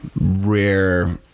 rare